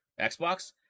Xbox